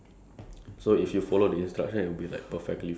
but you want it you want to do your way